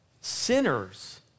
sinners